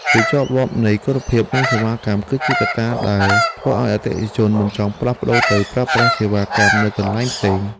ភាពជាប់លាប់នៃគុណភាពនិងសេវាកម្ម គឺជាកត្តាដែលធ្វើឱ្យអតិថិជនមិនចង់ផ្លាស់ប្តូរទៅប្រើប្រាស់សេវាកម្មនៅកន្លែងផ្សេង។